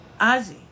Ozzy